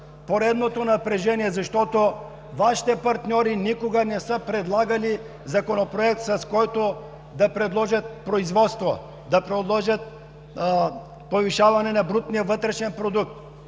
поредното напрежение, защото Вашите партньори никога не са предлагали законопроект, с който да предложат производство, да предложат повишаване на брутния вътрешен продукт.